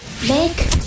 Make